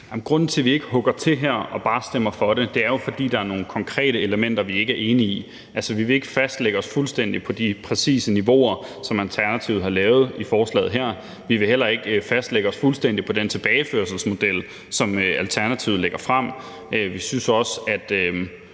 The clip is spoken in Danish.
Grunden til, at vi ikke hugger til her og bare stemmer for det, er jo, at der er nogle konkrete elementer, vi ikke er enige i. Altså, vi vil ikke lægge os fuldstændig fast på de præcise niveauer, som Alternativet har lavet i forslaget her, og vi vil heller ikke lægge os fuldstændig fast på den tilbageførselsmodel, som Alternativet lægger frem, og vi synes også, at